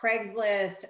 Craigslist